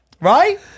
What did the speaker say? Right